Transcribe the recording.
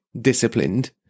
disciplined